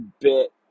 bit